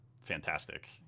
fantastic